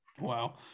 Wow